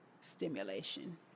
stimulation